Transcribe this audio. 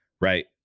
right